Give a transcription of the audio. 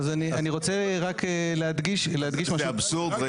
אני רוצה רק להדגיש משהו --- זה אבסורד.